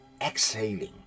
exhaling